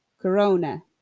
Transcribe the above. Corona